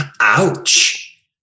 Ouch